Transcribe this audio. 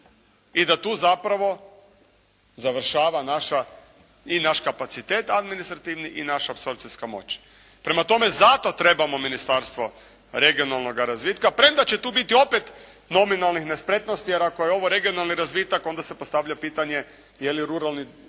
i da tu zapravo završava naša i naš kapacitet administrativni i naša apsorpcijska moć. Prema tome zato trebamo Ministarstvo regionalnoga razvitka premda će tu biti opet nominalnih nespretnosti. Jer ako je ovo regionalni razvitak onda se postavlja pitanje je li ruralni